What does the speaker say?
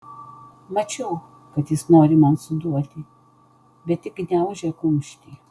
mačiau kad jis nori man suduoti bet tik gniaužė kumštį